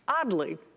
Oddly